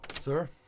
Sir